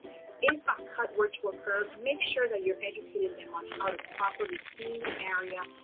if a cut were to occur, make sure that you're educating them on how to properly clean the area,